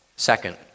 Second